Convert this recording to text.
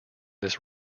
this